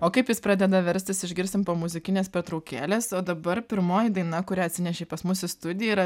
o kaip jis pradeda verstis išgirsim po muzikinės pertraukėlės o dabar pirmoji daina kurią atsinešei pas mus į studiją yra